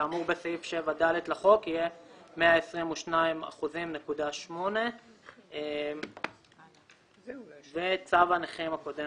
כאמור בסעיף 7(ד) לחוק יהיה 122.8%. צו הנכים הקודם